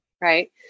Right